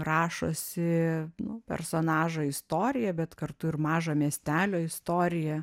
rašosi nu personažo istoriją bet kartu ir mažo miestelio istoriją